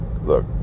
look